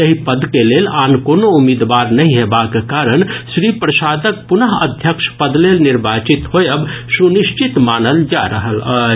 एहि पद के लेल आन कोनो उम्मीदवार नहिं हेबाक कारण श्री प्रसादक पुनः अध्यक्ष पद लेल निर्वाचित होयब सुनिश्चित मानल जा रहल अछि